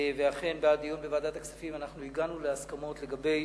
ואכן, בדיון בוועדת הכספים הגענו להסכמות לגבי